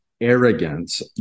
arrogance